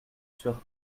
sur